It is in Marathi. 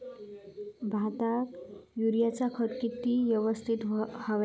भाताक युरियाचा खत किती यवस्तित हव्या?